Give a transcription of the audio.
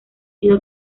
sido